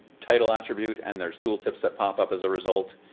title attribute and there's tool tips that up up as a result,